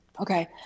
okay